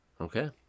Okay